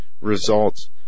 results